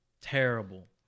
Terrible